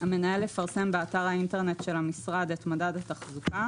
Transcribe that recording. המנהל יפרסם באתר האינטרנט של המשרד את מדד התחזוקה,